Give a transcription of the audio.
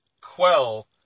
quell